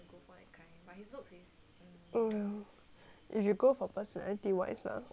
if you go for personality wise lah